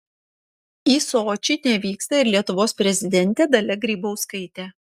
į sočį nevyksta ir lietuvos prezidentė dalia grybauskaitė